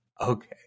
okay